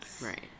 Right